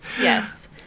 Yes